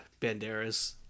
Banderas